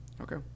okay